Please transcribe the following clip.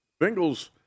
Bengals